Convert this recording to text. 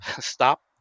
Stop